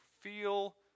feel